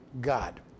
God